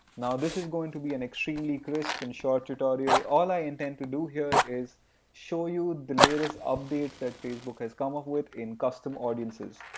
now this is going to be an extremely crisp and short tutorial. all i intend to do here is show you the latest update that facebook has come up with in custom audiences.